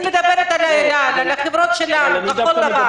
אני מדברת על אל-על, על החברות שלנו כחול-לבן.